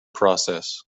process